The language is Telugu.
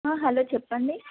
హలో చెప్పండి